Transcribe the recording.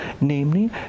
namely